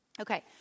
okay